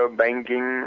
banking